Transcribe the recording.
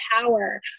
power